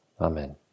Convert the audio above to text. amen